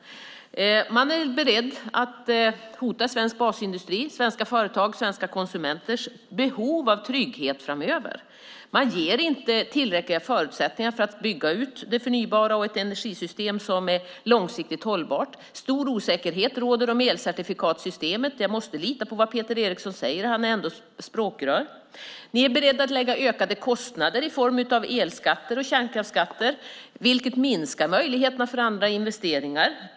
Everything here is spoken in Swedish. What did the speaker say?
Man är beredd att hota svensk basindustri, svenska företag och svenska konsumenters behov av trygghet framöver. Man ger inte tillräckliga förutsättningar för att bygga ut det förnybara och ett energisystem som är långsiktigt hållbart. Stor osäkerhet råder om elcertifikatssystemet. Jag måste lita på vad Peter Eriksson säger. Han är ändå språkrör. Ni är beredda att lägga på ökade kostnader i form av elskatter och kärnkraftsskatter, vilket minskar möjligheterna för andra investeringar.